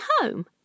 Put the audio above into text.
home